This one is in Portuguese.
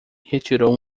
retirou